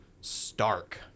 Stark